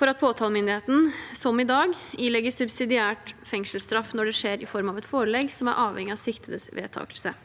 for at påtalemyndigheten, som i dag, ilegger subsidiær fengsels straff når det skjer i form av et forelegg som er avhengig av siktedes vedtakelse.»